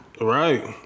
Right